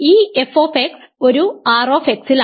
അതിനാൽ ഈ f ഒരു R ൽ